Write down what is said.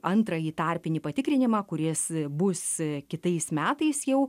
antrąjį tarpinį patikrinimą kuris bus kitais metais jau